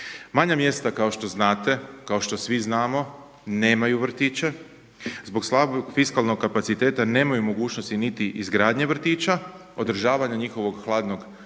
Manja mjesta kao što znate, kao što svi znamo nemaju vrtiće. Zbog slabog fiskalnog kapaciteta nemaju mogućnosti niti izgradnje vrtića, održavanja njihovog hladnog pogona